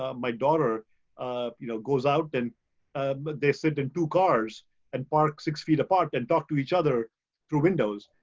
ah my daughter um you know goes out and but they said in two cars and park six feet apart and talk to each other through window.